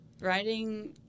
writing